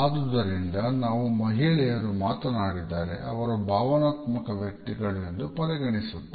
ಆದುದರಿಂದ ನಾವು ಮಹಿಳೆಯರು ಮಾತನಾಡಿದರೆ ಅವರು ಭಾವನಾತ್ಮಕ ವ್ಯಕ್ತಿಗಳು ಎಂದು ಪರಿಗಣಿಸುತ್ತೇವೆ